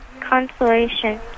consolation